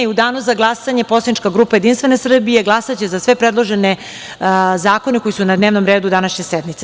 U danu za glasanje poslanička grupa Jedinstvena Srbija glasaće za sve predložene zakone koji su na dnevnom redu današnje sednice.